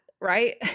right